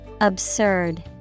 Absurd